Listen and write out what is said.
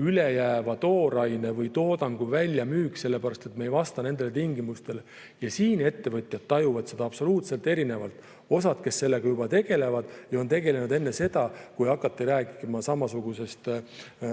ülejääva tooraine või toodangu väljamüük, sest me ei vasta nendele tingimustele. Ettevõtjad tajuvad seda absoluutselt erinevalt. Osa sellega juba tegelevad ja tegelesid ka enne seda, kui hakati rääkima samasugusest